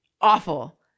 awful